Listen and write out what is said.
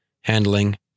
handling